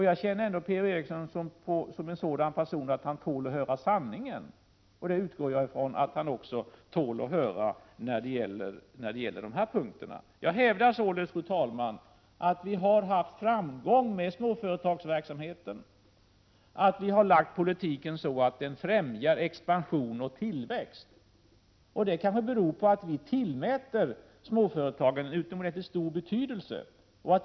Jag känner P-O Eriksson som en person som tål att höra sanningen, och det utgår jag från att han tål också när det gäller dessa punkter. Jag hävdar således, fru talman, att vi har haft framgång med småföretagsverksamheten och att vi har lagt om politiken på ett sådant sätt att den främjar expansion och tillväxt. Det kan bero på att vi tillmäter småföretagen utomordentligt stor betydelse.